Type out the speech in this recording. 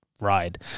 ride